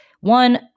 one